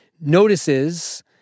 notices